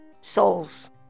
Souls